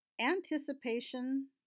Anticipation